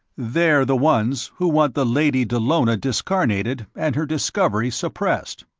they're the ones who want the lady dallona discarnated and her discoveries suppressed.